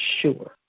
sure